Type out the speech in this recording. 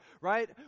right